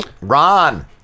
Ron